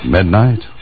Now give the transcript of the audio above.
Midnight